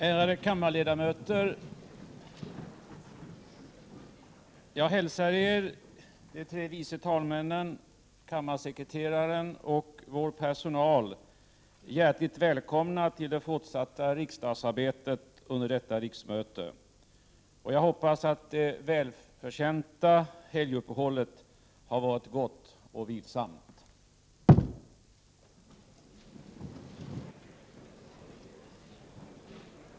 Ärade kammarledamöter! Jag hälsar er, de tre vice talmännen, kammarsekreteraren och vår personal hjärtligt välkomna till det fortsatta riksdagsarbetet under detta riksmöte. Jag hoppas att det välförtjänta helguppehållet har varit gott och vilsamt.